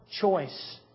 choice